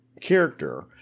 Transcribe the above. character